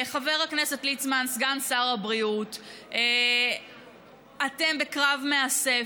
חבר הכנסת ליצמן, סגן שר הבריאות, אתם בקרב מאסף.